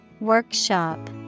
Workshop